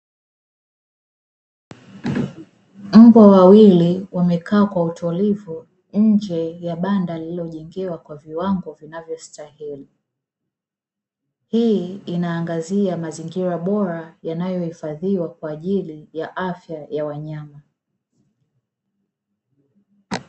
Mbwa wawili wamekaa kwa utulivu nje ya banda lililojengewa kwa viwango vinavyostahili, hii inaangazia mazingira bora yanayohifadhiwa kwa ajili ya afya ya wanyama.